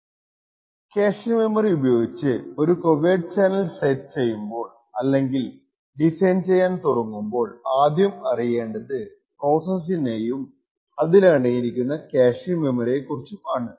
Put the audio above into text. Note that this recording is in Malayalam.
ക്യാഷെ മെമ്മറി ഉപയോഗിച്ച് ഒരു കോവേർട്ട് ചാനൽ സെറ്റ് ചെയ്യുമ്പോൾ അല്ലെങ്കിൽ ഡിസൈൻ ചെയ്യാൻ തുടങ്ങുമ്പോൾ ആദ്യം അറിയേണ്ടത് പ്രോസസ്സിനെയും അതിലടങ്ങിയിരിക്കുന്ന ക്യാഷെ മെമ്മറിയെ കുറിച്ചും ആണ്